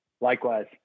Likewise